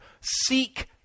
Seek